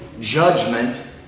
judgment